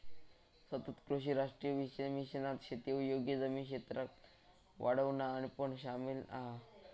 सतत कृषी राष्ट्रीय मिशनात शेती योग्य जमीन क्षेत्राक वाढवणा पण सामिल हा